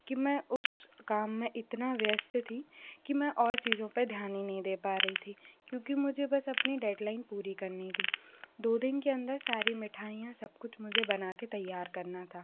कि मैं उस काम में इतना व्यस्त थी कि मैं और चीज़ों पे ध्यान ही नहीं दे पा रही थी क्योंकि मुझे बस अपनी डेडलाइन पूरी करनी थी दो दिन के अंदर सारी मिठाइयां सब कुछ मुझे बनाकर तैयार करना था